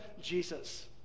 jesus